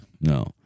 No